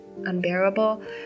unbearable